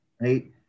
Right